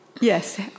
Yes